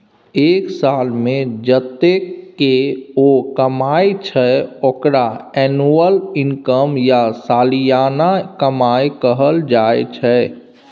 एक सालमे जतेक केओ कमाइ छै ओकरा एनुअल इनकम या सलियाना कमाई कहल जाइ छै